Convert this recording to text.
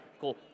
cool